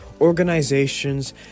organizations